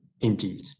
indeed